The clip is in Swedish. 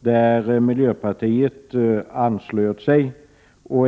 där miljöpartiet anslöt sig.